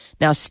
Now